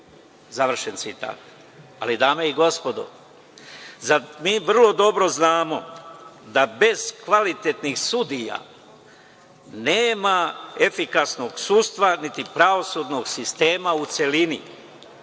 završen citat. Dame i gospodo, mi vrlo dobro znamo da bez kvalitetnih sudija nema efikasnog sudstva, niti pravosudnog sistema u celini.